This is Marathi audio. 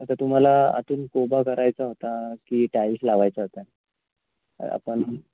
आता तुम्हाला आतून कोबा करायचा होता की टाईल्स लावायचा होता आपण